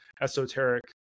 esoteric